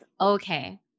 okay